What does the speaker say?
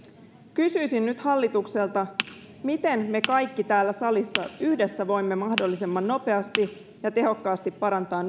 kysyisin nyt hallitukselta miten me kaikki täällä salissa yhdessä voimme mahdollisimman nopeasti ja tehokkaasti parantaa